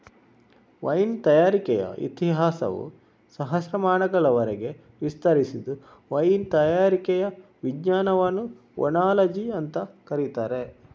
wine ತಯಾರಿಕೆಯ ಇತಿಹಾಸವು ಸಹಸ್ರಮಾನಗಳವರೆಗೆ ವಿಸ್ತರಿಸಿದ್ದು ವೈನ್ ತಯಾರಿಕೆಯ ವಿಜ್ಞಾನವನ್ನ ಓನಾಲಜಿ ಅಂತ ಕರೀತಾರೆ